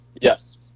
Yes